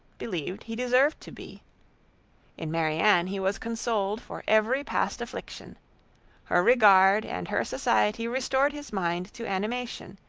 believed he deserved to be in marianne he was consoled for every past affliction her regard and her society restored his mind to animation,